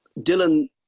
Dylan